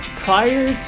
Prior